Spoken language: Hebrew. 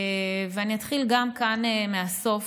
ואני אתחיל גם כאן מהסוף,